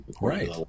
right